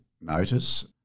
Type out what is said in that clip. notice